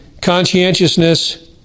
conscientiousness